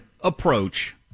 approach